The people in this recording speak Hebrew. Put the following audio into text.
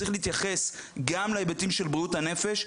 צריך להתייחס גם להיבטים של בריאות הנפש,